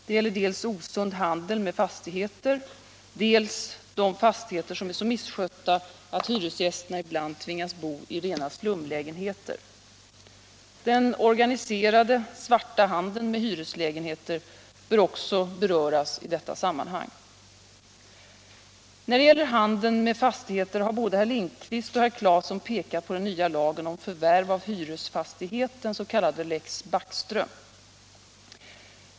Det gäller dels osund handel med fastigheter, dels de fastigheter som är så misskötta att hyresgästerna ibland tvingas bo i rena slumlägenheter. Den organiserade svarta handeln med hyreslägenheter bör också beröras i detta sammanhang. När det gäller handeln med fastigheter har både herr Lindkvist och herr Claeson pekat på den nya lagen om förvärv av hyresfastighet, den s.k. Lex Backström.